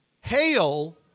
hail